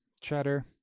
cheddar